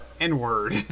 N-word